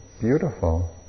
beautiful